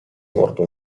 mordu